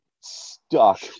stuck